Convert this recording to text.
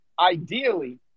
ideally